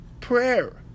prayer